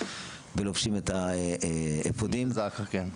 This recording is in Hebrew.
ולובשים את האפודים --- בזק"א כן.